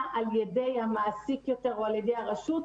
על ידי המעסיק יותר או על ידי הרשות,